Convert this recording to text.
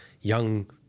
young